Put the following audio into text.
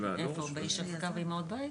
של איש אחזקה ואימהות בית?